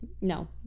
no